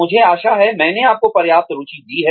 मुझे आशा है मैंने आपको पर्याप्त रुचि दी है